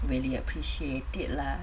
really appreciate it lah